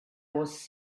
was